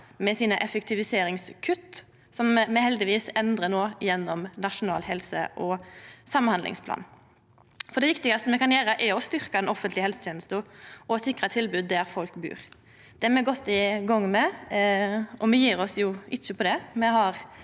med sine effektiviseringskutt, som me heldigvis endrar no gjennom Nasjonal helse- og samhandlingsplan. Det viktigaste me kan gjera, er å styrkja den offentlege helsetenesta og sikra tilbod der folk bur. Det er me godt i gang med, og me gjev oss ikkje på det.